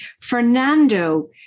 Fernando